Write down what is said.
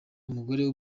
umugore